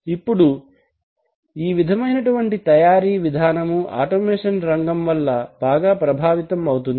ఇప్పుడు ఈ విధమైనటువంటి తయారీ విధానము ఆటోమేషన్ రంగం వల్ల బాగా ప్రభావితం అవుతుంది